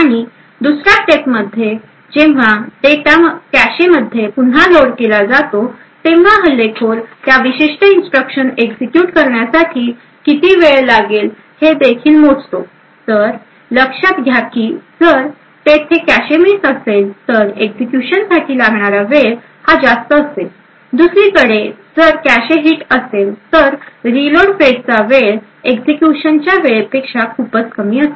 आणि दुसर्या स्टेपमध्ये जेव्हा डेटा कॅशेमध्ये पुन्हा लोड केला जातो तेव्हा हल्लेखोर त्या विशिष्ट इन्स्ट्रक्शन एक्झिक्युट करण्यासाठी किती वेळ लागला हे देखील मोजतो तर लक्षात घ्या की जर तेथे कॅशे मिस असेल तर एक्झिक्युशन साठी लागणारा वेळ जास्त असेल दुसरीकडे जर कॅशे हीट असेल तर रीलोड फेजचा वेळ एक्झिक्युशनच्या वेळेपेक्षा खूपच कमी असेल